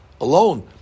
alone